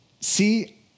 see